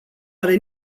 are